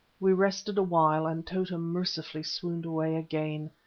we rested awhile, and tota mercifully swooned away again.